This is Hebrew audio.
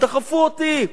דחפו אותי,